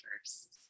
first